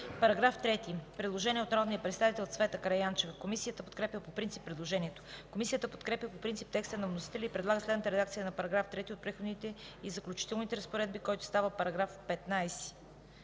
КАРАЯНЧЕВА: Предложение от народния представител Цвета Караянчева. Комисията подкрепя по принцип предложението. Комисията подкрепя по принцип текста на вносителя и предлага следната редакция на § 2 от Преходните и заключителните разпоредби, който става § 14: „§ 14.